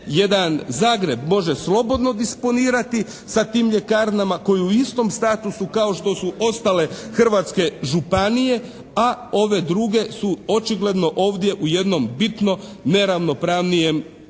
Jedan Zagreb može slobodno disponirati sa tim ljekarnama koji je u istom statusu kao što su ostale hrvatske županije. A ove druge su očigledno ovdje u jednom bitno neravnopravnijem